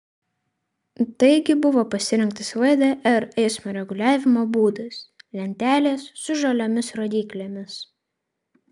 taigi buvo pasirinktas vdr eismo reguliavimo būdas lentelės su žaliomis rodyklėmis